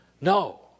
No